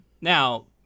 Now